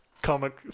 Comic